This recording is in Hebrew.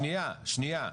שנייה,